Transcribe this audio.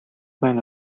маань